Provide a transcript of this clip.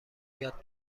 یاد